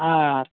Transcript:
ಹಾಂ